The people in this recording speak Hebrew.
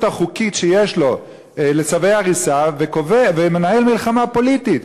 החוקית שיש לו לצווי הריסה ומנהל מלחמה פוליטית.